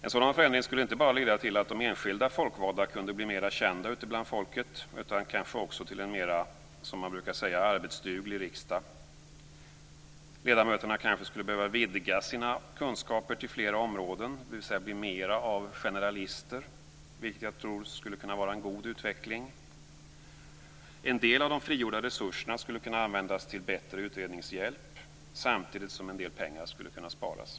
En sådan förändring skulle inte bara leda till att de enskilda folkvalda kunde bli mera kända ute bland folket, utan kanske också till en vad man brukar kalla mer arbetsduglig riksdag. Ledamöterna skulle kanske behöva vidga sina kunskaper till flera områden, dvs. bli mera av generalister, vilket jag tror skulle kunna vara en god utveckling. En del av de frigjorda resurserna skulle användas till bättre utredningshjälp, samtidigt som en del pengar skulle kunna sparas.